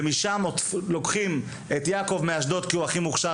ומשם לוקחים את יעקב מאשדוד כי הוא היה הכי מוכשר,